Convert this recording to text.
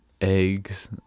eggs